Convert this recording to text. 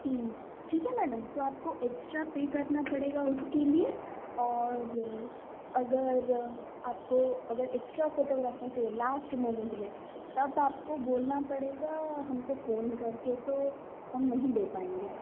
हूँ ठीक है न मैडम तो आपको एक्स्ट्रा पेय करना पड़ेगा उसके लिए और अगर आपको एक्स्ट्रा फोटोस आपको चाहिए लास्ट मूमेंट में तब आपको बोलना पड़ेगा हमको फोन करके तो हम नहीं दे पाएंगे